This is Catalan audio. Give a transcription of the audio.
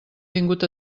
vingut